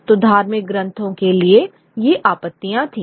तो धार्मिक ग्रंथों के लिए ये आपत्तियां थीं